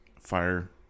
fire